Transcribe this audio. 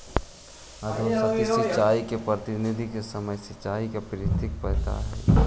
अधोसतही सिंचाई के पद्धति सामान्य सिंचाई से पृथक हइ